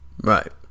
Right